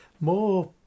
More